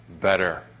better